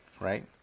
right